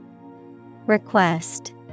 Request